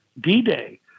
D-Day